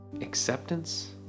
acceptance